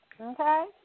okay